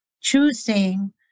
choosing